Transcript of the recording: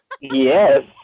Yes